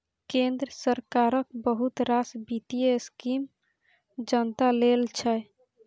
केंद्र सरकारक बहुत रास बित्तीय स्कीम जनता लेल छै